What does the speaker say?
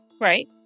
Right